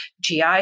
GI